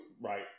Right